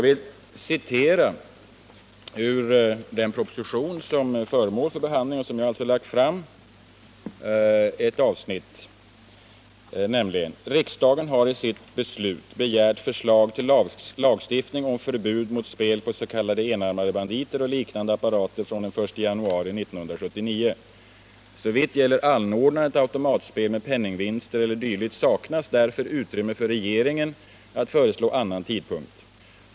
Ur den proposition som är föremål för behandling 111 och som jag alltså har lagt fram vill jag citera ett avsnitt: ”Riksdagen har i sitt beslut begärt förslag till lagstiftning om förbud mot spel på enarmade banditer och liknande apparater från den 1 januari 1979. Såvitt gäller anordnandet av automatspel med penningvinster e. d. saknas därför utrymme för regeringen att föreslå annan tidpunkt.